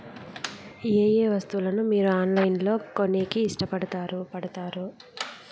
ఏయే వస్తువులను మీరు ఆన్లైన్ లో కొనేకి ఇష్టపడుతారు పడుతారు?